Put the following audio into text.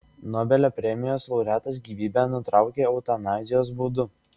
nobelio premijos laureatas gyvybę nutraukė eutanazijos būdu